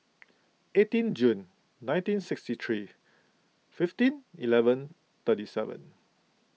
eighteen June nineteen sixty three fifteen eleven thirty seven